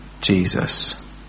Jesus